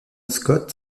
scott